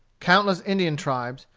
countless indian tribes,